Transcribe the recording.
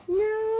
no